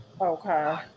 Okay